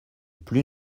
plus